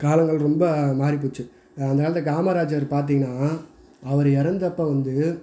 காலங்கள் ரொம்ப மாறி போச்சு அந்த காலத்தில் காமராஜர் பார்த்தீங்கன்னா அவர் இறந்தப்ப வந்து